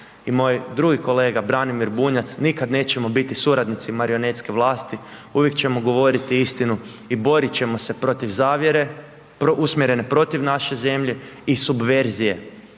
i moj drugi kolega Branimir Bunjac, nikad nećemo biti suradnici marionetske vlasti, uvijek ćemo govoriti istinu i borit ćemo se protiv zavjere usmjerene protiv naše zemlje i subverzije,